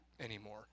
anymore